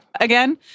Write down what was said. again